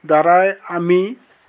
দ্বাৰাই আমি